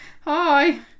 Hi